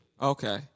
Okay